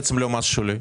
בעצם, לא מס שולי?